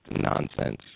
nonsense